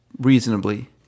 reasonably